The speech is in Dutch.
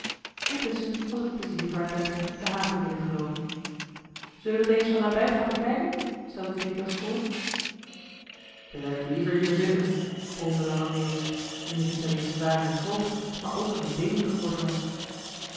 intusschen was het pleziervaartuigje de haven binnengeloopen zullen we t eens van nabij gaan bekijken stelde veritas voor k blijf liever hier zitten bromde lange meeuwis wien het niet alleen zwaar in het hoofd maar ook in de beenen geworden was